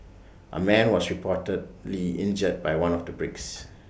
A man was reportedly injured by one of the bricks